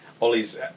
Ollie's